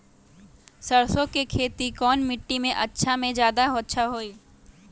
सरसो के खेती कौन मिट्टी मे अच्छा मे जादा अच्छा होइ?